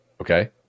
Okay